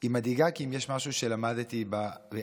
היא מדאיגה כי אם יש משהו שלמדתי בארבע